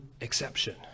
exception